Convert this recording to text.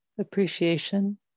appreciation